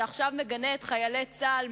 שעכשיו מגנה את חיילי צה"ל,